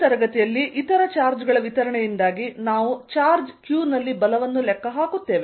ಈ ತರಗತಿಯಲ್ಲಿ ಇತರ ಚಾರ್ಜ್ ಗಳ ವಿತರಣೆಯಿಂದಾಗಿ ನಾವು ಚಾರ್ಜ್ q ನಲ್ಲಿ ಬಲವನ್ನು ಲೆಕ್ಕ ಹಾಕುತ್ತೇವೆ